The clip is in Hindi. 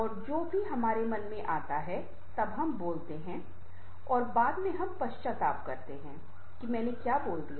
और जो भी हमारे मन में आता है हम तब बोलते हैं और बाद में हम पश्चाताप करते हैं की मैंने क्यों बोला है